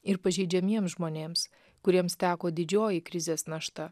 ir pažeidžiamiem žmonėms kuriems teko didžioji krizės našta